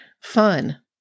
Fun